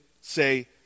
say